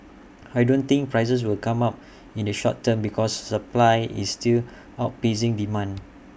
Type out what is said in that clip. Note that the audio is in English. I don't think prices will come up in the short term because supply is still outpacing demand